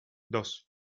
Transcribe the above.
dos